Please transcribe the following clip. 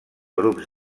grups